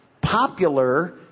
popular